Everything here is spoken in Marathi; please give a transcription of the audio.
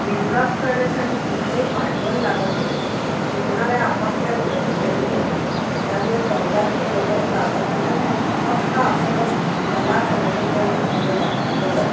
विणकाम करण्यासाठी कुठलंही भांडवल लागत नाही शिकणाऱ्या आपापल्या गोष्टी घेऊन येतात त्यामुळे कर्जाची गरज लागत नाही फक्त आपलं कलाकौशल्य वापरावं लागतं एवढंच